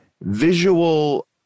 visual